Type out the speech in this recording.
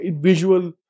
visual